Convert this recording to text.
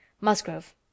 Musgrove